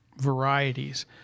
varieties –